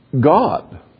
God